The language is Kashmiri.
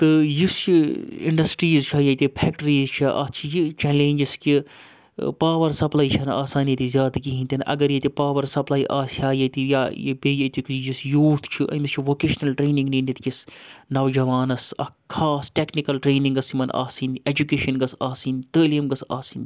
تہٕ یُس یہِ اِنڈَسٹریٖز چھےٚ ییٚتہِ فیکٹرٛیٖز چھےٚ اَتھ چھِ یہِ چیلینجِس کہِ پاوَر سَپلَے چھَنہٕ آسان ییٚتہِ زیادٕ کِہیٖنۍ تہِ نہٕ اَگر ییٚتہِ پاوَر سَپلَے آسہِ ہا ییٚتہِ یا بیٚیہِ ییٚتیُک یُس یوٗتھ چھُ أمِس چھُ ووکیشنَل ٹرٛینِنٛگ نِنۍ ییٚتہِ کِس نوجوانَس اَکھ خاص ٹیٚکنِکَل ٹرٛینِنٛگ گٔژھ یِمَن آسٕنۍ ایٚجُکیشَن گٔژھ آسٕنۍ تٲلیٖم گٔژھ آسٕنۍ